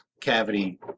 cavity